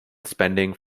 spending